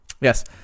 Yes